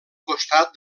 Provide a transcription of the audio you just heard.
costat